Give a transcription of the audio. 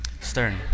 Stern